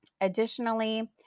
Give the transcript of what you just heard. Additionally